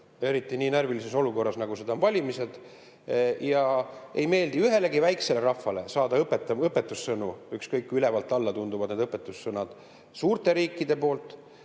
Eriti nii närvilises olukorras, nagu seda on valimised. Ja ei meeldi ühelegi väiksele rahvale saada õpetussõnu, ükskõik kui ülevalt alla tunduvad need õpetussõnad suurte riikide poolt.